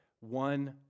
one